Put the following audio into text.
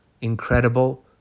incredible